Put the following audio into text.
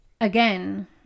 again